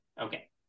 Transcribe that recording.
Okay